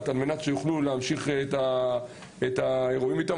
על מנת שיוכלו להמשיך את האירועים איתם.